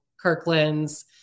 Kirkland's